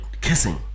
kissing